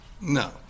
No